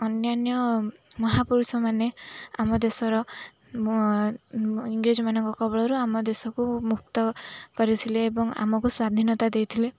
ଅନ୍ୟାନ୍ୟ ମହାପୁରୁଷମାନେ ଆମ ଦେଶର ଇଂରେଜମାନଙ୍କ କବଳରୁ ଆମ ଦେଶକୁ ମୁକ୍ତ କରିଥିଲେ ଏବଂ ଆମକୁ ସ୍ଵାଧୀନତା ଦେଇଥିଲେ